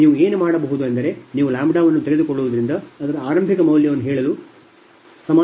ನೀವು ಏನು ಮಾಡಬಹುದು ಎಂದರೆ ನೀವು ಲ್ಯಾಂಬ್ಡಾವನ್ನು ತೆಗೆದುಕೊಳ್ಳುವುದರಿಂದ ಅದರ ಆರಂಭಿಕ ಮೌಲ್ಯವನ್ನು ಹೇಳಲು ಸಮಾನವಾಗಿರುತ್ತದೆ